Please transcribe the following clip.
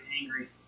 angry